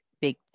big